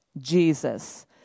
Jesus